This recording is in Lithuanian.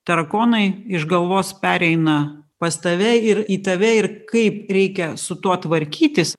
tarakonai iš galvos pereina pas tave ir į tave ir kaip reikia su tuo tvarkytis